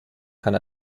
kann